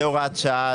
זה הוראת שעה.